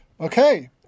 Okay